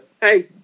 Hey